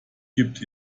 gibt